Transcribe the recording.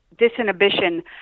disinhibition